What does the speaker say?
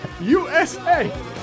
USA